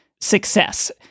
success